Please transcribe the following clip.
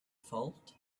fault